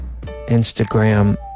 Instagram